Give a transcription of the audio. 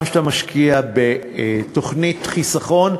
גם כשאתה משקיע בתוכנית חיסכון,